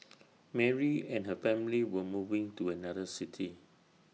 Mary and her family were moving to another city